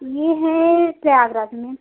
ये है प्रयागराज में